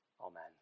Amen